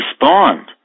respond